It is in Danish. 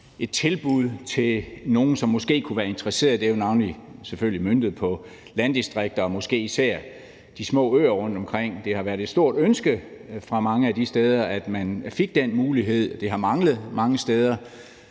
et tilbud til nogle, som måske kunne være interesseret. Det er selvfølgelig navnlig møntet på landdistrikter og måske især de små øer rundtomkring. Det har været et stort ønske fra mange af de steder, at man fik den mulighed. Det har manglet mange steder.